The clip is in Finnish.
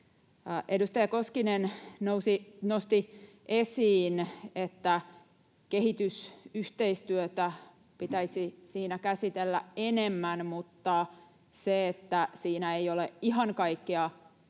Edustaja Koskinen nosti esiin, että kehitysyhteistyötä pitäisi siinä käsitellä enemmän, mutta se, että siinä ei ole ihan kaikkea